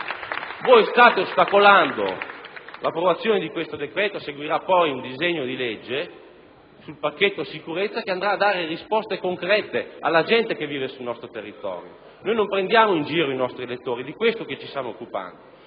Voi state ostacolando l'approvazione di questo decreto-legge al quale seguirà poi un disegno di legge sul pacchetto sicurezza, che darà risposte concrete alla gente che vive sul nostro territorio. Noi non prendiamo in giro i nostri elettori - ed è di questo che ci stiamo occupando